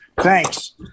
Thanks